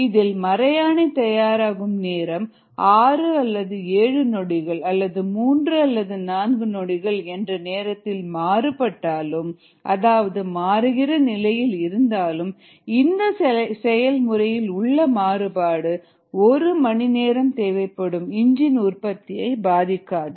இதில் மறையாணி தயாராகும் நேரம் 6 அல்லது 7 நொடிகள் அல்லது 3 4 நொடிகள் என்று நேரத்தில் மாறுபட்டாலும் அதாவது மாறுகிற நிலையில் இருந்தாலும் இந்த செயல்முறையில் உள்ள மாறுபாடு ஒரு மணி நேரம் தேவைப்படும் இஞ்சின் உற்பத்தியை பாதிக்காது